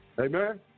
Amen